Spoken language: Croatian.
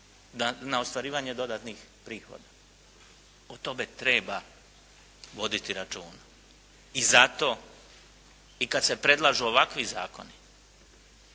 na ostvarivanje dodatnih prihoda. O tome treba voditi računa. I zato i kada se predlažu ovakvi zakoni